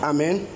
Amen